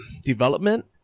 development